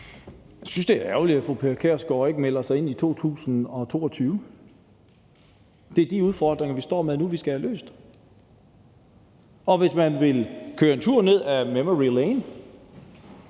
Jeg synes, det er ærgerligt, at fru Pia Kjærsgaard ikke melder sig ind i 2022. Det er de udfordringer, vi står med nu, som vi skal have løst. Og hvis man vil køre en tur ned ad memory lane,